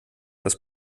das